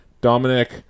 Dominic